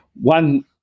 One